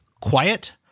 quiet